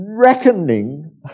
reckoning